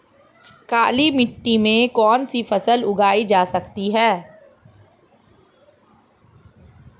काली मिट्टी में कौनसी फसल उगाई जा सकती है?